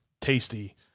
tasty